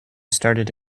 started